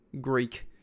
Greek